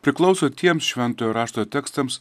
priklauso tiems šventojo rašto tekstams